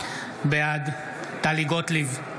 בעד טלי גוטליב,